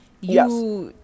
Yes